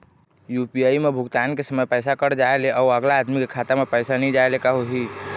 UPI म भुगतान के समय पैसा कट जाय ले, अउ अगला आदमी के खाता म पैसा नई जाय ले का होही?